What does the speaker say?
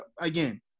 again